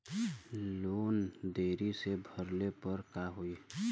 Loan देरी से भरले पर का होई?